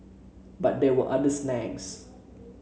but there were other snags